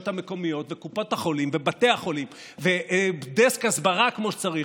המקומיות וקופת החולים ובתי החולים ודסק הסברה כמו שצריך,